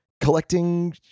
collecting